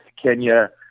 Kenya